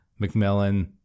McMillan